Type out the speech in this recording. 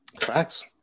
Facts